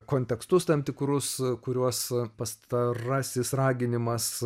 kontekstus tam tikrus kuriuos pastarasis raginimas